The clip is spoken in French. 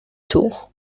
tour